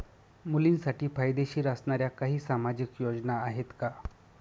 मुलींसाठी फायदेशीर असणाऱ्या काही सामाजिक योजना आहेत का?